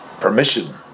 permission